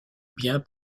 bien